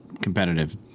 competitive